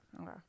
okay